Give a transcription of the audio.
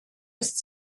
ist